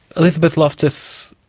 elizabeth loftus,